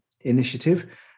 initiative